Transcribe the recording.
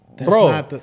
Bro